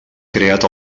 creat